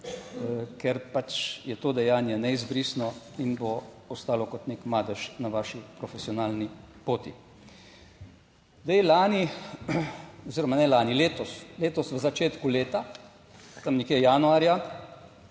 ker pač je to dejanje neizbrisno in bo ostalo kot nek madež na vaši profesionalni poti. Zdaj lani oziroma ne lani, letos, letos v začetku leta, tam nekje januarja,